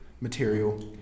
material